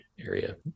area